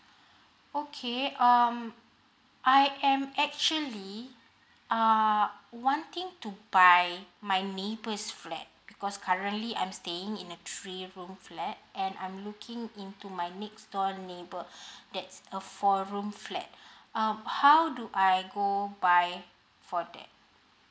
okay um I am actually uh wanting to buy my neighbour's flat because currently I'm staying in a three room flat and I'm looking into my next door neighbour that's a four room flat um how do I go by for that